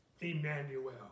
Emmanuel